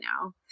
now